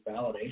validation